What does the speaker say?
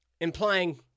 Implying